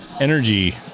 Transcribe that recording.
energy